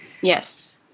Yes